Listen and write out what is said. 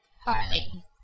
Harley